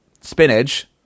spinach